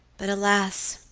but, alas!